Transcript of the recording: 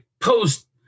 post